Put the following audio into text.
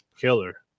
killer